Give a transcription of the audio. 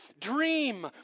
Dream